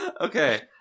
Okay